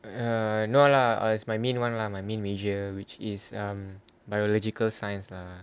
ah no lah it's my main one lah my main major which is um biological science lah